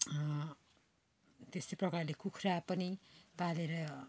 त्यस्तै प्रकारले कुखुरा पनि पालेर